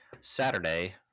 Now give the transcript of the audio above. Saturday